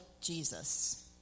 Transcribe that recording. Jesus